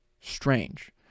strange